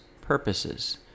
purposes